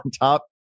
top